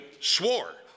swore